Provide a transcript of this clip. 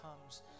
comes